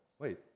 wait